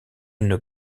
une